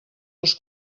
els